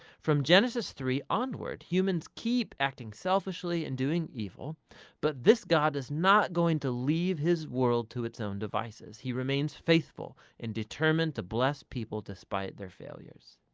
from genesis three onward, humans keep acting selfishly and doing evil but this god does not going to leave his world to its own devices. he remains faithful and determined to bless people despite their failures.